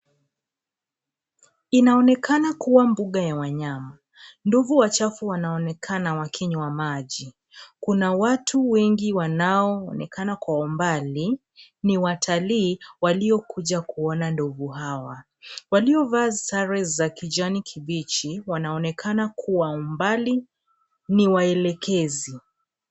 Inaonekana kuwa mbuga ya wanyama. Ndovu wachafu wanaonekana wakinywa maji. Kuna watu wengi wanaonekana kwa umbali. Ni watalii waliokuja kuona ndovu hawa. Waliovaa sare za kijani kibichi wanaonekana kwa umbali ni waelekezi.